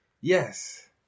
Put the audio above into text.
Yes